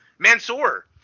Mansoor